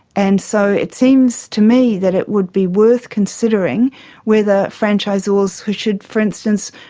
and so it seems to me that it would be worth considering whether franchisors should, for instance,